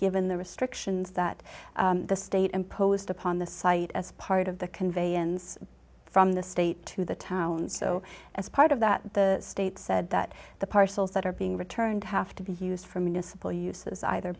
given the restrictions that the state imposed upon the site as part of the conveyance from the state to the town so as part of that the state said that the parcels that are being returned have to be used for municipal uses either